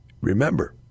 remember